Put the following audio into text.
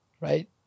Right